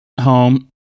home